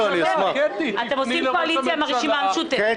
אתם עושים קואליציה עם הרשימה המשותפת.